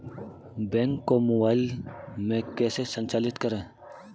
Bank को mobile में कैसे संचालित करें?